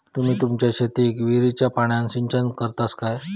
तुम्ही तुमच्या शेतीक विहिरीच्या पाण्यान सिंचन करतास काय?